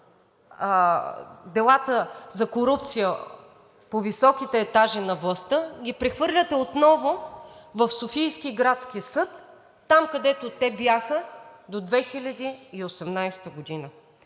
делата за корупция по високите етажи на властта ги прехвърляте отново в Софийския градски съд – там, където те бяха до 2018 г.